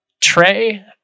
Trey